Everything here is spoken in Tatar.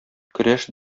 көрәш